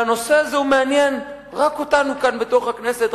והנושא הזה מעניין רק אותנו כאן בתוך הכנסת,